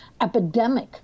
epidemic